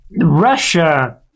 Russia